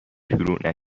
شروع